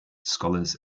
scholars